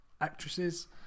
actresses